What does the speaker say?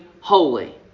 holy